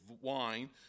wine